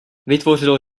vytvořil